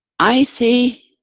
i say,